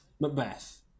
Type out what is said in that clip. Macbeth